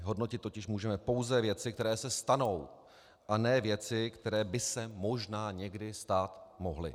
Hodnotit totiž můžeme pouze věci, které se stanou, a ne věci, které by se možná někdy stát mohly.